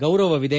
ಗೌರವವಿದೆ